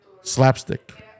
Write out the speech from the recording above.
slapstick